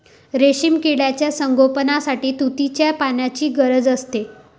रेशीम किड्यांच्या संगोपनासाठी तुतीच्या पानांची गरज असते